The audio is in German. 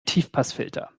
tiefpassfilter